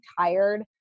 tired